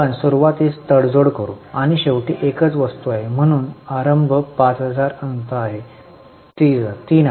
आपण सुरुवातीस तडजोड करू आणि शेवटी एकच वस्तू आहे म्हणून आरंभ 5000 अंत आहे 3000